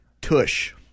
tush